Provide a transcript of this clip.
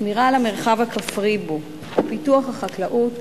שמירה על המרחב הכפרי בו ופיתוח החקלאות